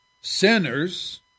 sinners